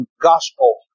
gospel